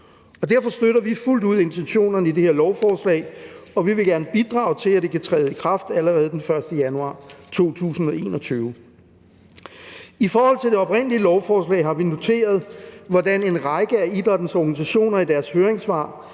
Derfor støtter vi fuldt ud intentionerne i det her lovforslag, og vi vil gerne bidrage til, at det kan træde i kraft allerede den 1. januar 2021. I forhold til det oprindelige lovforslag har vi noteret, hvordan en række af idrættens organisationer i deres høringssvar